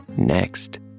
Next